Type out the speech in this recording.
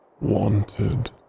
Wanted